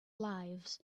lives